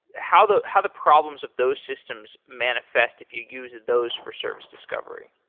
how the how the problems of those systems manifest if you use those for service discover.